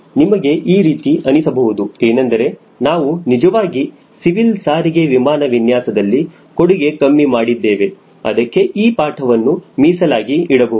ಆದರೆ ನಿಮಗೆ ಈ ರೀತಿ ಅನಿಸಬಹುದು ಏನೆಂದರೆ ನಾವು ನಿಜವಾಗಿ ಸಿವಿಲ್ ಸಾರಿಗೆ ವಿಮಾನ ವಿನ್ಯಾಸದಲ್ಲಿ ಕೊಡುಗೆ ಕಮ್ಮಿ ಮಾಡಿದ್ದೇವೆ ಅದಕ್ಕೆ ಈ ಪಾಠವನ್ನು ಮೀಸಲಾಗಿ ಇಡಬಹುದು